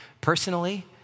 personally